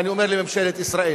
ואני אומר לממשלת ישראל: